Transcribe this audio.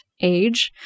age